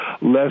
less